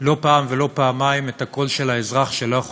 לא פעם ולא פעמיים את הקול של האזרח שלא יכול